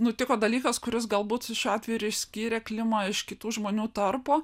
nutiko dalykas kuris galbūt šiuo atveju ir išskyrė klimą iš kitų žmonių tarpo